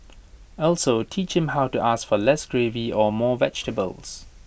also teach him how to ask for less gravy or more vegetables